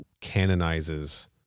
canonizes